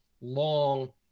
long